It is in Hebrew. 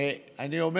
אני אומר